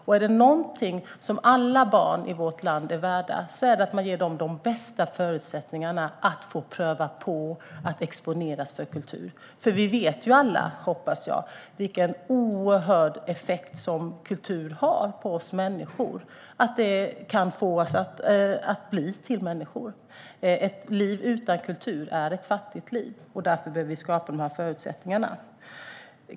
Och är det någonting som alla barn i vårt land är värda är det att man ger dem de bästa förutsättningarna att få pröva på och exponeras för kultur. Vi vet ju alla, hoppas jag, vilken oerhörd effekt som kultur har på oss människor. Den kan få oss att bli till människor. Ett liv utan kultur är ett fattigt liv, och därför behöver vi skapa de här förutsättningarna.